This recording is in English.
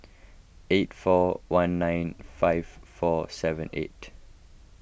eight four one nine five four seven eight